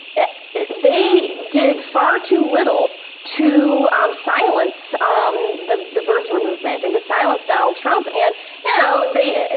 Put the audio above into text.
they did far too little to um silence um the the birther movement and to silence donald trump. and you know they, ah